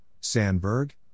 Sandberg